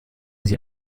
sie